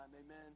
amen